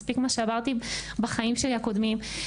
מספיק מה שעברתי בחיים שלי הקודמים,